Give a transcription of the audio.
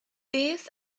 beth